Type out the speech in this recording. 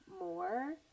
more